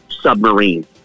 Submarine